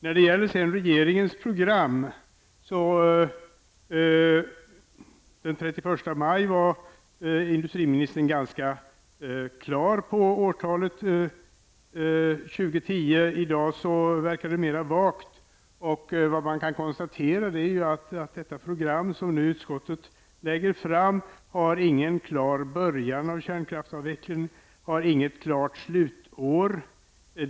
När det gäller regeringens program så var industriministern den 31 maj ganska bestämd i fråga om årtalet 2010. I dag verkar det mera vagt. Man kan konstatera att detta program, som nu utskottet lägger fram, inte innebär någon klar början av kärnkraftsavvecklingen och inte något klart slutår heller.